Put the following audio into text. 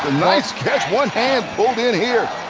nice catch, one hand, pulled in here.